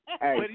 Hey